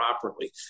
properly